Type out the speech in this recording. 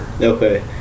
Okay